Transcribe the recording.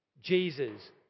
Jesus